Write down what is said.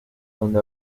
donde